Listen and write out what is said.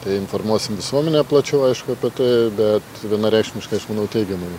tai informuosim visuomenę plačiau aišku apie tai bet vienareikšmiškai aš manau teigiamai